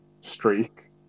streak